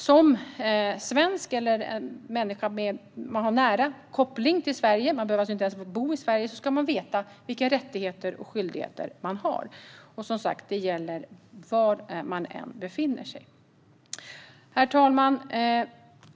Som svensk eller som någon som har nära koppling till Sverige - man behöver alltså inte ens bo i Sverige - ska man veta vilka rättigheter och skyldigheter man har. Det gäller som sagt var man än befinner sig. Konsulär krisberedskap Herr talman!